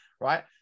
right